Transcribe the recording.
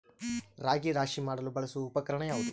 ರಾಗಿ ರಾಶಿ ಮಾಡಲು ಬಳಸುವ ಉಪಕರಣ ಯಾವುದು?